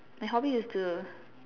my hobby is to